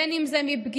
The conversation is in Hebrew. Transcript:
בין אם זה מפגיעה,